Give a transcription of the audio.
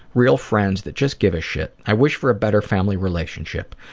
real friends that just give a shit. i wish for a better family relationship.